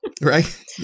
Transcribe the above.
Right